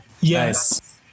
yes